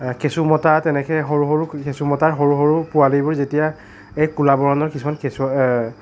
কেঁচুমটাত এনেকৈ সৰু সৰু কেঁচুমটাৰ সৰু সৰু পোৱালিবোৰ যেতিয়া এই ক'লা বৰণৰ কিছুমান কেঁচু